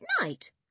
night